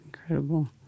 incredible